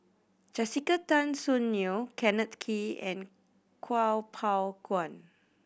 Jessica Tan Soon Neo Kenneth Kee and Kuo Pao Kun